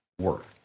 work